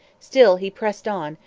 still he pressed on,